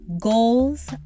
goals